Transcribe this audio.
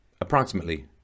approximately